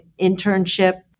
internship